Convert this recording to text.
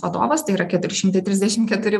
vadovas tai yra keturi šimtai trisdešim keturi